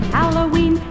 Halloween